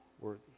worthy